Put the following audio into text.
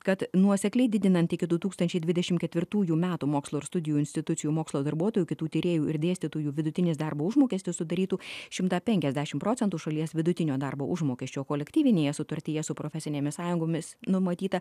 kad nuosekliai didinant iki du tūkstančiai dvidešim ketvirtųjų metų mokslo ir studijų institucijų mokslo darbuotojų kitų tyrėjų ir dėstytojų vidutinis darbo užmokestis sudarytų šimtą penkiasdešim procentų šalies vidutinio darbo užmokesčio kolektyvinėje sutartyje su profesinėmis sąjungomis numatyta